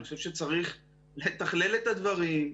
אני חושב שצריך לתכלל את הדברים,